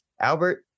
Albert